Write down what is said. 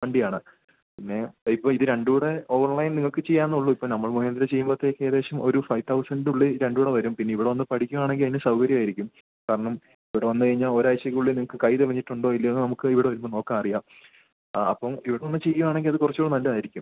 വണ്ടിയാണ് പിന്നെ ഇപ്പോൾ ഇത് രണ്ടുംകൂടെ ഓൺലൈൻ നിങ്ങൾക്ക് ചെയ്യാന്നുള്ളൂ ഇപ്പം നമ്മൾ മുഖേന ചെയ്യുമ്പോളത്തേക്ക് ഏകദേശം ഒരു ഫൈവ് തൗസൻറ്റ് ഉള്ളിൽ രണ്ടുംകൂടെ വരും പിന്നെ ഇവിടെ വന്ന് പഠിക്കുകയാണെങ്കിൽ അതിന് സൗകര്യമായിരിക്കും കാരണം ഇവിടെവന്ന് കഴിഞ്ഞാൽ ഒരാഴ്ചക്കുള്ളിൽ നിങ്ങൾക്ക് കൈ തെമഞ്ഞിട്ടുണ്ടോ ഇല്ലയോ എന്ന് നമുക്ക് ഇവിടെ വരുമ്പോൾ നോക്കാം അറിയാം ആ അപ്പം ഇവിടെവന്ന് ചെയ്യുകയാണെങ്കിൽ അത് കുറച്ചുകൂടെ നല്ലതായിരിക്കും